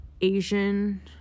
Asian